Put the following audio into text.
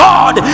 God